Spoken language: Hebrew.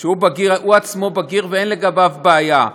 שהוא עצמו בגיר ואין לגביו בעיה,